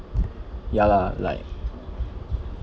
ya lah like